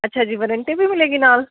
ਅੱਛਾ ਜੀ ਵਾਰੰਟੀ ਵੀ ਮਿਲੇਗੀ ਨਾਲ